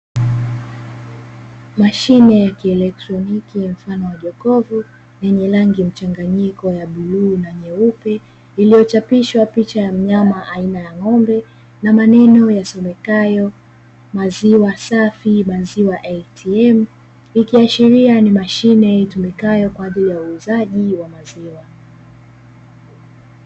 Mashine ya kieletroniki mfano wa jokofu yenye rangi mchanganyiko ya bluu na nyeupe, iliyochapishwa picha ya mnyama aina ya ngombe na maneno yasomekayo "maziwa safi, maziwa atm", ikiashiria ni mashine itumikayo kwa ajili ya uuzaji wa maziwa.